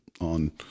on